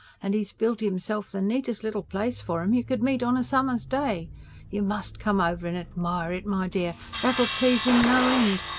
and e's built imself the neatest little place for em you could meet on a summer's day you must come over and admire it, my dear that'll please im, no end.